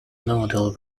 model